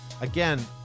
again